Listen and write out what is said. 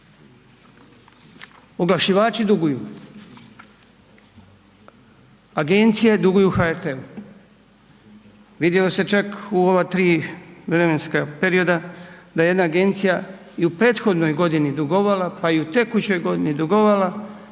Oglašivači duguju, agencije duguju HRT-u. Vidjelo se čak u ova 3 vremenska perioda da je jedna agencija i u prethodnoj godini dugovala pa i tekućoj godini dugovala